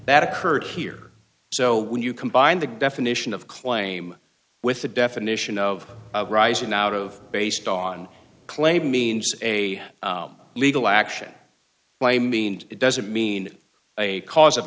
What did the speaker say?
that occurred here so when you combine the definition of claim with the definition of arising out of based on claim means a legal action by me and it doesn't mean a cause of